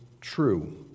true